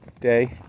Day